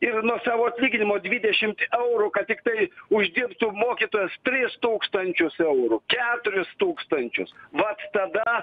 ir nuo savo atlyginimo dvidešimt eurų kad tiktai uždirbtų mokytojas tris tūkstančius eurų keturis tūkstančius va tada